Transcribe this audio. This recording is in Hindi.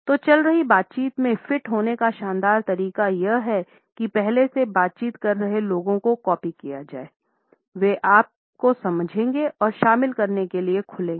तोचल रही बातचीत में फिट होने का शानदार तरीका यह है कि पहले से बातचीत कर रहे लोगों को कॉपी किया जाए वे आप को समझेंगे और शामिल करने के लिए खुलेंगे